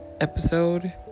episode